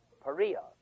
Perea